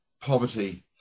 poverty